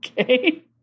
Okay